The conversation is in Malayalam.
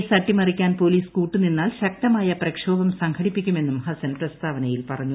കേസ് അട്ടിമറിക്കാൻ പോലീസ് കൂട്ടുനിന്നാൽ ശക്തമായ പ്രക്ഷോഭം സംഘടിപ്പിക്കുമെന്നും ഹസ്സൻ പ്രസ്താവനയിൽ പറഞ്ഞു